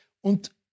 Und